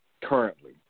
currently